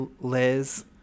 Liz